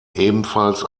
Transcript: ebenfalls